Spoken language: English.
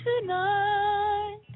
tonight